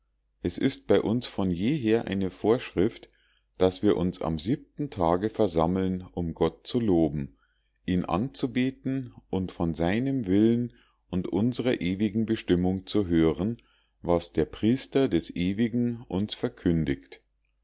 es ist bei uns von jeher eine vorschrift daß wir uns am siebten tage versammeln um gott zu loben ihn anzubeten und von seinem willen und unsrer ewigen bestimmung zu hören was der priester des ewigen uns verkündigt